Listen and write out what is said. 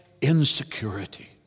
insecurity